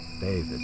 David